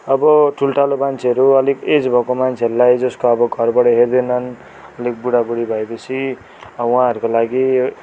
अबो ठूल्ठालो मान्छेहरू अलिक एज भएको मान्छेहरूलाई जसको अब घरबाट हेर्दैनन् अलिक बुढा बुढी भएपछि अब उहाँहरूको लागि